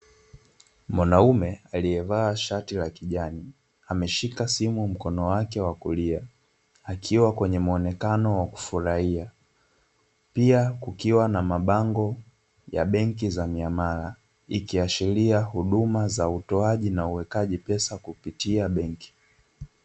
Mwanaume aliyevaa shati la kijani, ameshika simu mkono wake wa kulia, akiwa kwenye muonekano wa kufurahia, pia kukiwa na mabango ya benki za miamala ikiashiria huduma za utoaji na uwekaji pesa kupitia benki.